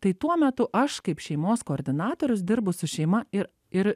tai tuo metu aš kaip šeimos koordinatorius dirbu su šeima ir ir